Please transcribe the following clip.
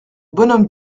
bonhomme